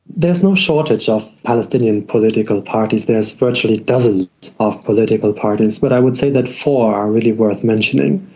there's no shortage of palestinian political parties. there's virtually dozens of political parties. but i would say that four are really worth mentioning,